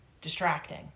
distracting